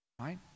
Right